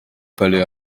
palais